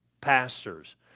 pastors